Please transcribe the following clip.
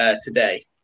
today